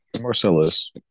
Marcellus